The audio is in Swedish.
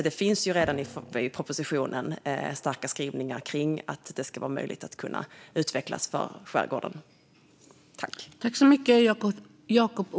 Det finns redan i propositionen starka skrivningar om att det ska vara möjligt för skärgården att utvecklas.